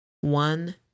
one